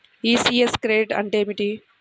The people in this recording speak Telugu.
ఈ.సి.యస్ క్రెడిట్ అంటే ఏమిటి?